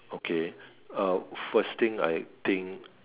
okay uh first thing I think